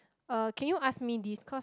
uh can you ask me this cause